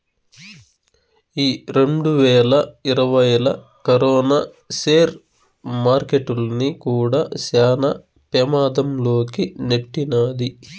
ఈ రెండువేల ఇరవైలా కరోనా సేర్ మార్కెట్టుల్ని కూడా శాన పెమాధం లోకి నెట్టినాది